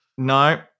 No